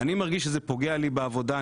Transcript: אני מרגיש שזה פוגע לי בעבודה.